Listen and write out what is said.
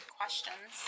questions